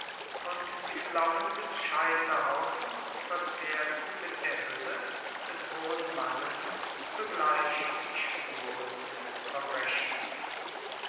und die flammen des scheiterhaufens verzehrten mit der hülle des hohen mannes zugleich die spuren des verbrechens